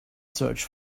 search